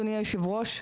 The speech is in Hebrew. אדוני היושב-ראש,